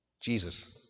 Jesus